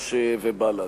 חד"ש ובל"ד.